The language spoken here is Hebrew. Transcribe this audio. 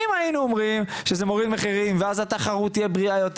אם היינו רואים שזה מוריד מחירים ואז התחרות תהיה בריאה יותר